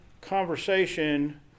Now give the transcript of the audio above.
conversation